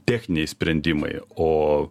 techniniai sprendimai o